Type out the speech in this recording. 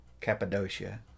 Cappadocia